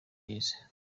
ibyiza